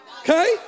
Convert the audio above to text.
Okay